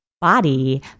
body